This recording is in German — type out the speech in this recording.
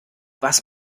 was